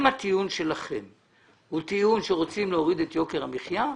אם הטיעון שלכם הוא טיעון שרוצים להוריד את יוקר המחייה,